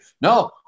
No